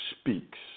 speaks